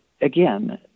again